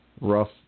rough